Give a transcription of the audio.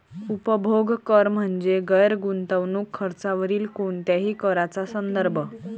उपभोग कर म्हणजे गैर गुंतवणूक खर्चावरील कोणत्याही कराचा संदर्भ